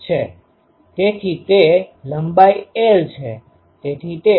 તેથી તે લંબાઈ l છે